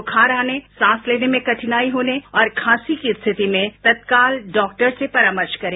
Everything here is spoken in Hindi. बुखार आने सांस लेने में कठिनाई होने और खांसी की स्थिति में तत्काल डॉक्टर से परामर्श करें